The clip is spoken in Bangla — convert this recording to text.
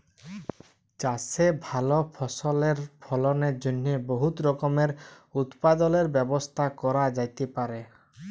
চাষে ভাল ফসলের ফলনের জ্যনহে বহুত রকমের উৎপাদলের ব্যবস্থা ক্যরা যাতে পারে